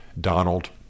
Donald